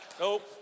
Nope